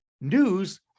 news